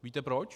Víte proč?